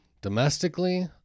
domestically